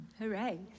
hooray